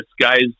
guys